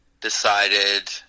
decided